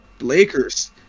Lakers